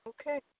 Okay